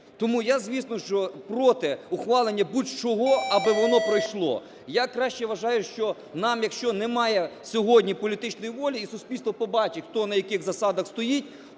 Тому я, звісно, що проти ухвалення будь-чого, аби воно пройшло. Я краще, вважаю, що нам якщо немає сьогодні політичної волі і суспільство побачить, хто на яких засадах стоїть,